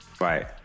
Right